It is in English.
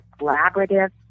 collaborative